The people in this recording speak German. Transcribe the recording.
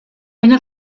eine